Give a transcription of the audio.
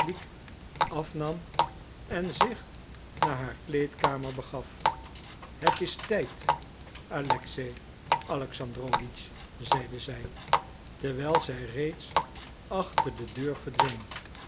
baschlik afnam en zich naar haar kleedkamer begaf het is tijd alexei alexandrowitsch zeide zij terwijl zij reeds achter de deur verdween